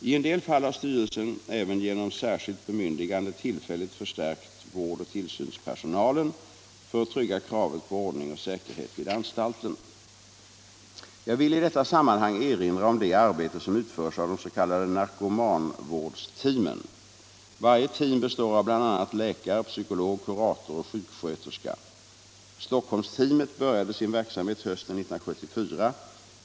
I en del fall har styrelsen även genom särskilt bemyndigande tillfälligt förstärkt vårdoch tillsynspersonalen för att trygga kravet på ordning och säkerhet vid anstalten. Jag vill i detta sammanhang erinra om det arbete som utförs av de s.k. narkomanvårdsteamen. Varje team består av bl.a. läkare, psykolog, kurator och sjuksköterska. Stockholmsteamet började sin verksamhet hösten 1974.